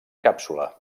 càpsula